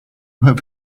have